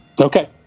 Okay